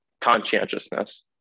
conscientiousness